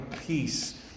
peace